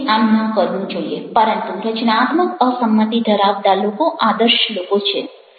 કોઈએ આમ ન કરવું જોઈએ પરંતુ રચનાત્મક અસંમતિ ધરાવતા લોકો આદર્શ લોકો છે